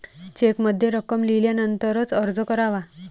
चेकमध्ये रक्कम लिहिल्यानंतरच अर्ज करावा